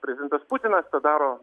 prezidentas putinas daro